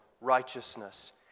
righteousness